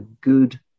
good